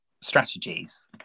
strategies